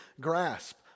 grasp